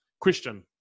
Question